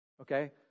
Okay